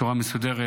ובצורה מסודרת.